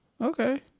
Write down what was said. Okay